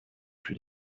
plus